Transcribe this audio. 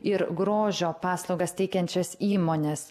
ir grožio paslaugas teikiančios įmonės